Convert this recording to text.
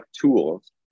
tools